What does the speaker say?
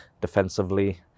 defensively